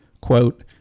Quote